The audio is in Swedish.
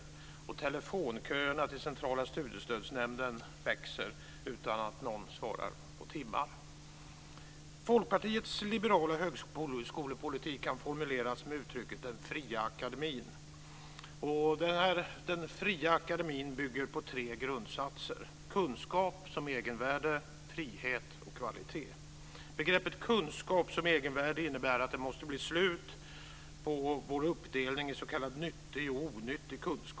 Telefonköerna till Centrala studiestödsnämnden växer utan att någon svarar på timmar. Folkpartiets liberala högskolepolitik kan formuleras med uttrycket "den fria akademin". Den fria akademin bygger på tre grundsatser - kunskap som egenvärde, frihet och kvalitet. Begreppet kunskap som egenvärde innebär att det måste bli ett slut på uppdelningen i s.k. nyttig och onyttig kunskap.